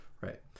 Right